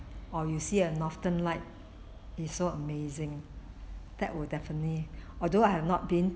or you see a northern light is so amazing that will definitely although I have not been